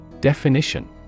Definition